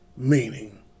meaning